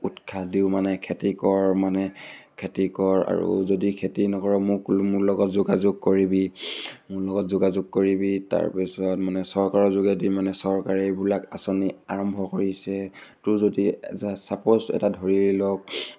উৎসাহ দিওঁ মানে খেতি কৰ মানে খেতি কৰ আৰু যদি খেতি নকৰ' মোক মোৰ লগত যোগাযোগ কৰিবি মোৰ লগত যোগাযোগ কৰিবি তাৰপিছত মানে চৰকাৰৰ যোগেদি মানে চৰকাৰে এইবিলাক আঁচনি আৰম্ভ কৰিছে তোৰ যদি এ ছাপ'জ এটা ধৰি লওক